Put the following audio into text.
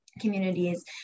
communities